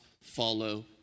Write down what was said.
follow